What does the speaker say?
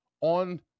on